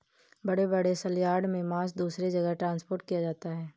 बड़े बड़े सलयार्ड से मांस दूसरे जगह ट्रांसपोर्ट किया जाता है